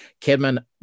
Kidman